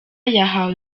yahawe